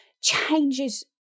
changes